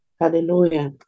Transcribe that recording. Hallelujah